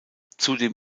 zudem